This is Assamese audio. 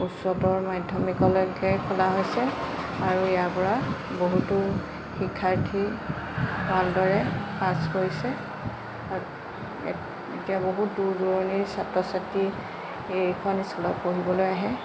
উচ্চতৰ মাধ্যমিকলৈকে খোলা হৈছে আৰু ইয়াৰপৰা বহুতো শিক্ষাৰ্থী ভালদৰে পাছ কৰিছে এতিয়া বহুত দূৰ দূৰণিৰ ছাত্ৰ ছাত্ৰ্ৰী এইখন স্কুলত পঢ়িবলৈ আহে